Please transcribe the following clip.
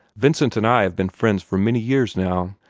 vincent and i have been friends for many years now.